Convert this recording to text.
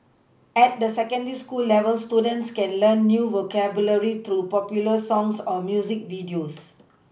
at the secondary school level students can learn new vocabulary through popular songs or music videos